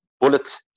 bullet